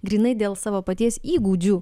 grynai dėl savo paties įgūdžių